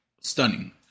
Stunning